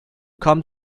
come